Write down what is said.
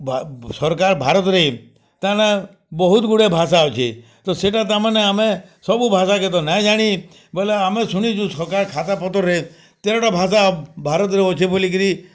ସରକାର୍ ଭାରତ୍ରେ ତାମାନେ ବହୁତ୍ ଗୁଡ଼େ ଭାଷା ଅଛେ ତ ସେଟା ତାମାନେ ଆମେ ସବୁ ଭାଷାକେ ତ ନାଇଁ ଜାଣି ବଏଲେ ଆମେ ଶୁଣିଚୁଁ ସରକାର ଖାତା ପତର୍ରେ ତେରଟା ଭାଷା ଭାରତ୍ରେ ଅଛେ ବଲିକିରି